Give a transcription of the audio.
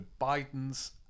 Biden's